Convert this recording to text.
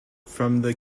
from